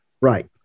Right